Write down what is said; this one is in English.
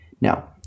Now